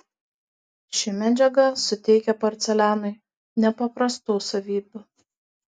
ši medžiaga suteikia porcelianui nepaprastų savybių